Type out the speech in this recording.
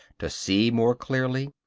to see more clearly,